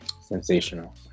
Sensational